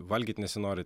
valgyt nesinori